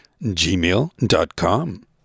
gmail.com